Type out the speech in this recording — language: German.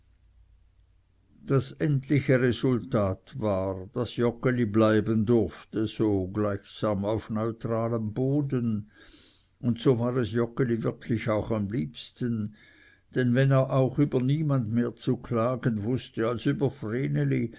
das endliche resultat war daß joggeli bleiben durfte so gleichsam auf neutralem boden und so war es joggeli wirklich auch am liebsten denn wenn er auch über niemand mehr zu klagen wußte als über